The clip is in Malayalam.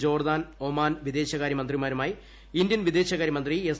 ജോർദാൻ ഒമാൻ വിദേശകാര്യ മന്ത്രിമാരുമായി ഇന്ത്യൻ പ്രവിദേശകാര്യ മന്ത്രി എസ്